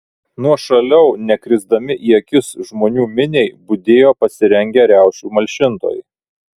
nuošaliau nekrisdami į akis žmonių miniai budėjo pasirengę riaušių malšintojai